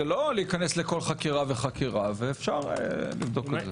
זה לא להיכנס לכל חקירה וחקירה ואפשר לבדוק את זה.